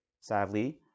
sadly